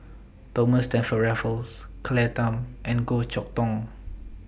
Thomas Stamford Raffles Claire Tham and Goh Chok Tong